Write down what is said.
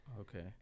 okay